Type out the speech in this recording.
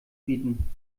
bieten